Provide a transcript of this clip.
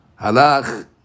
Halach